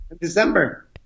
December